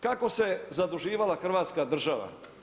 Kako se zaduživala Hrvatska država.